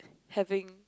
having